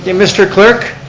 yeah mr. clerk,